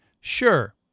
Sure